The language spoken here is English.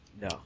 No